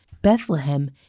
Bethlehem